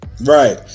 Right